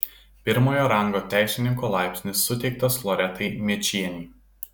pirmojo rango teisininko laipsnis suteiktas loretai mėčienei